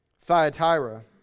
Thyatira